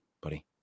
buddy